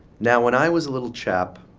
now, when i was a little chap,